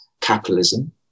capitalism